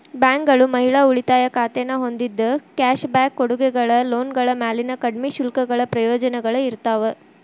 ಬ್ಯಾಂಕ್ಗಳು ಮಹಿಳಾ ಉಳಿತಾಯ ಖಾತೆನ ಹೊಂದಿದ್ದ ಕ್ಯಾಶ್ ಬ್ಯಾಕ್ ಕೊಡುಗೆಗಳ ಲೋನ್ಗಳ ಮ್ಯಾಲಿನ ಕಡ್ಮಿ ಶುಲ್ಕಗಳ ಪ್ರಯೋಜನಗಳ ಇರ್ತಾವ